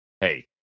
hey